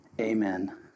Amen